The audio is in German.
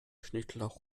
schnittlauch